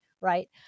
right